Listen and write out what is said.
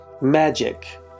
magic